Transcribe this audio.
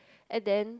and then